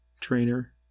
Trainer